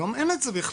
היום אין את זה בכלל,